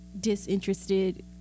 disinterested